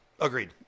Agreed